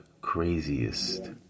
craziest